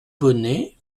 bonnet